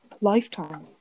lifetime